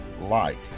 light